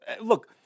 Look